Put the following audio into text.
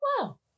Wow